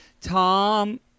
Tom